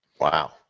Wow